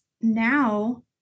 now